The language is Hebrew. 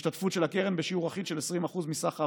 בהשתתפות של הקרן בשיעור אחיד של 20% מסך ההפחתה,